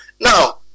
Now